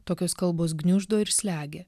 tokios kalbos gniuždo ir slegia